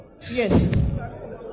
Yes